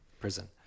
prison